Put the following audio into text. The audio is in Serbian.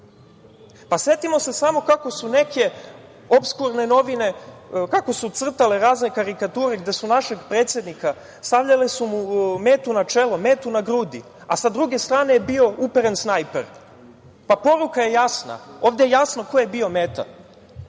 se samo kako su neke opskurne novine, kako su crtale razne karikature gde su našem predsedniku stavljale metu na čelo, metu na grudi, a druge strane je bio uperen snajper. Poruka je jasna. Ovde je jasno ko je bio meta.